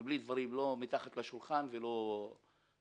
ובלי דברים מתחת לשולחן ולא בסתר.